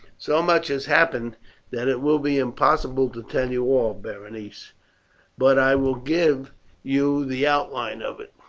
so much has happened that it will be impossible to tell you all, berenice but i will give you the outline of it.